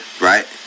right